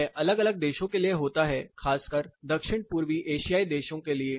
यह अलग अलग देशों के लिए होता है खासकर दक्षिण पूर्वी एशियाई देशों के लिए